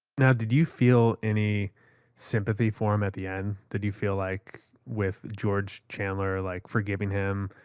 now, did you feel any sympathy for him at the end? did you feel like with george chandler, like, forgiving him,